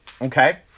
okay